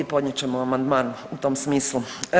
Podnijet ćemo amandman u tom smislu.